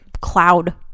cloud